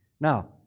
Now